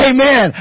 Amen